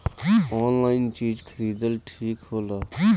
Online चीज खरीदल ठिक होला?